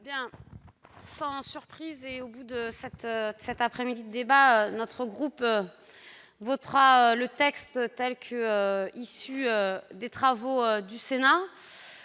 Sans surprise, à l'issue de cet après-midi de débat, notre groupe votera le texte tel qu'il est issu des travaux du Sénat.